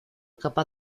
capaz